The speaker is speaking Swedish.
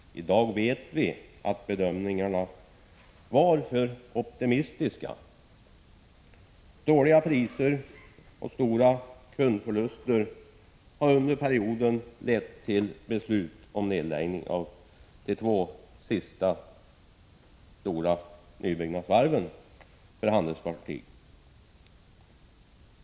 I dag vet vi att bedömningarna var för optimistiska. Dåliga priser och stora kundförluster har under perioden lett till beslut om nedläggning av de två sista stora nybyggnadsvarven för handelsfartyg.